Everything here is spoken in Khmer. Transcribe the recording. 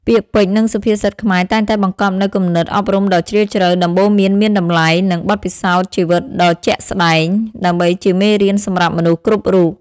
ពាក្យពេចន៍ និងសុភាសិតខ្មែរតែងតែបង្កប់នូវគំនិតអប់រំដ៏ជ្រាលជ្រៅ ដំបូន្មានមានតម្លៃ និងបទពិសោធន៍ជីវិតដ៏ជាក់ស្ដែង ដើម្បីជាមេរៀនសម្រាប់មនុស្សគ្រប់រូប។